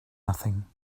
nothing